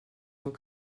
cent